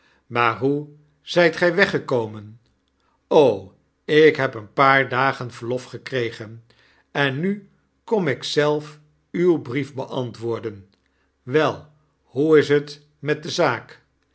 maar hoe zyt gij weg gekomen ik heb een paar dagen verlof gekregen en nu kom ik zelfuw brief beantwoorden wel hoe is het met de zaak